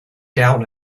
down